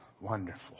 wonderful